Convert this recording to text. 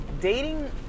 dating